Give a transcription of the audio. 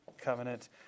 covenant